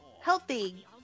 healthy